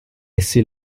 essi